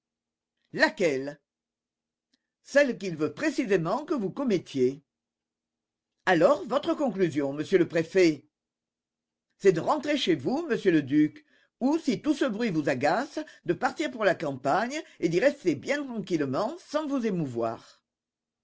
laquelle celle qu'il veut précisément que vous commettiez alors votre conclusion monsieur le préfet c'est de rentrer chez vous monsieur le duc ou si tout ce bruit vous agace de partir pour la campagne et d'y rester bien tranquillement sans vous émouvoir